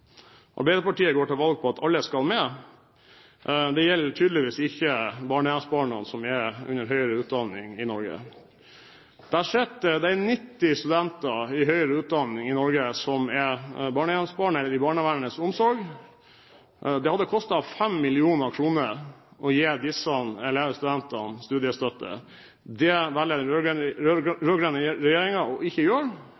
Arbeiderpartiet går til valg på at alle skal med. Det gjelder tydeligvis ikke barnehjemsbarna som er under høyere utdanning i Norge. Det er 90 studenter under høyere utdanning i Norge som er barnehjemsbarn eller i barnevernets omsorg. Det hadde kostet 5 mill. kr å gi disse studentene studiestøtte. Det velger den rød-grønne regjeringen ikke å gjøre. Da synes jeg at slagordene til den